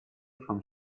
from